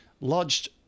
lodged